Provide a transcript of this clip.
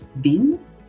beans